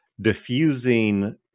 diffusing